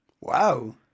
Wow